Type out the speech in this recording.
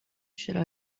should